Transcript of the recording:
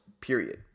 Period